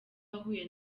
wahuye